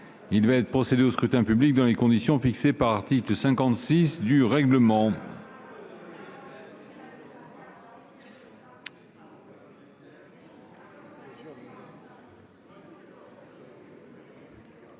Il va être procédé au scrutin dans les conditions fixées par l'article 56 du règlement.